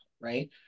right